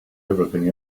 everything